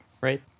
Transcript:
right